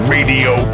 Radio